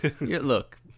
Look